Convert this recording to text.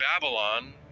Babylon